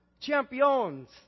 champions